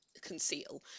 conceal